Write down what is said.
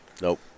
Nope